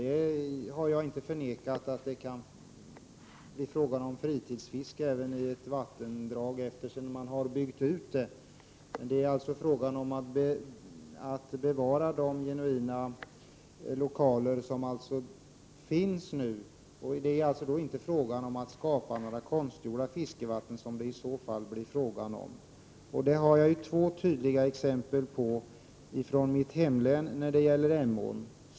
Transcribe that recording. Jag har inte förnekat att det kan bli fråga om fritidsfiske i ett vattendrag även sedan det har byggts ut. Vad det gäller är att bevara de genuina lokaler som nu finns. Det är alltså inte fråga om att skapa några konstgjorda fiskevatten. Jag har nämnt Emån och gett två tydliga exempel från mitt hemlän.